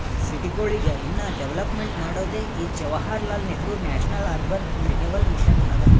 ಸಿಟಿಗೊಳಿಗ ಇನ್ನಾ ಡೆವಲಪ್ಮೆಂಟ್ ಮಾಡೋದೇ ಈ Jawaharlal Nehru national urban renewal mission ಅದಾ